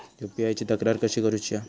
UPI ची तक्रार कशी करुची हा?